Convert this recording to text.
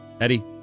Eddie